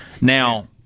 Now